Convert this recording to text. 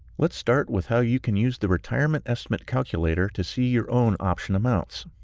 let's start with how you can use the retirement estimate calculator to see your own option amounts.